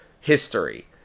history